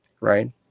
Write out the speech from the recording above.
right